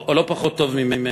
או לא פחות טוב ממני.